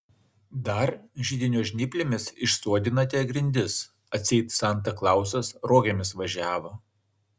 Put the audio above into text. dar židinio žnyplėmis išsuodinate grindis atseit santa klausas rogėmis važiavo